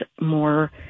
more